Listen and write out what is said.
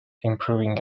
improving